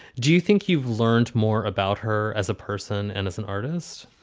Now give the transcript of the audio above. do you think you've learned more about her as a person and as an artist?